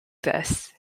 this